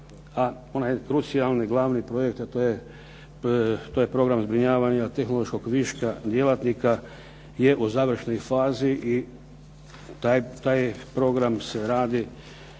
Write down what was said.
a onaj krucijalni, glavni projekt, a to je Program zbrinjavanja tehnološkog viška djelatnika je u završnoj fazi i taj program se radi